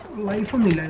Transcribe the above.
lead from